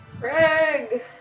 Craig